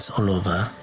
all over,